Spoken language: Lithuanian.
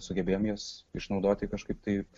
sugebėjom juos išnaudoti kažkaip tai